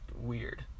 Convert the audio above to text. weird